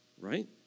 right